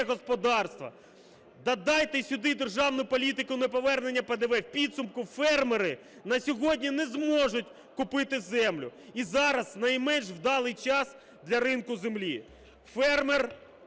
господарство. Додайте сюди державну політику неповернення ПДВ, у підсумку фермери на сьогодні не зможуть купити землю. І зараз найменш вдалий час для ринку землі. Фермер